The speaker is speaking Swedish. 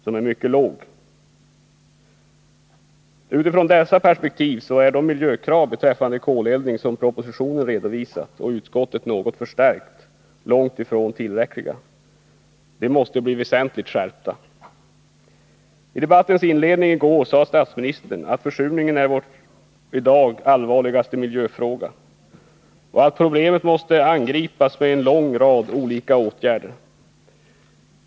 Med tanke på dessa perspektiv är de miljökrav beträffande koleldning som propositionen redovisar och utskottet något förstärkt långt ifrån tillräckliga. De måste väsentligt skärpas. I debattens inledning i går sade statsministern att försurningen är i dag vår allvarligaste miljöfråga och att problemet måste angripas med en lång rad olika åtgärder.